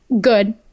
good